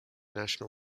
national